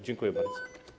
Dziękuję bardzo.